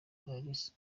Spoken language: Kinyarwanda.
clarisse